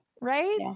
Right